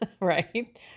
right